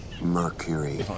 Mercury